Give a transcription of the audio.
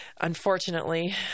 unfortunately